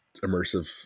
immersive